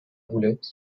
boulets